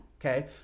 Okay